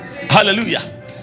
hallelujah